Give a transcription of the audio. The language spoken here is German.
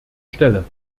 stelle